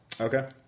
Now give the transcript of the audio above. Okay